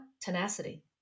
Tenacity